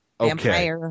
okay